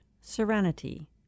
serenity